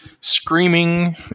screaming